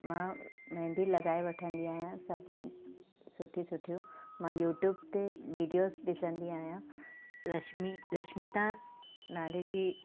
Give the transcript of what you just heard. मां मेहंदी लॻाए वठंदी आहियां सभिनी सुठियूं सुठियूं मां यूट्यूब ते वीडियोज़ ॾिसंदी आहियां रश्मी रश्मिता नाले जी